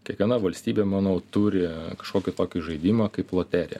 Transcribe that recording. kiekviena valstybė manau turi kažkokį tokį žaidimą kaip loterija